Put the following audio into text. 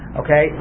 okay